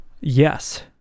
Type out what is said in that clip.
yes